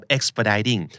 Expediting